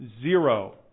Zero